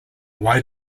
why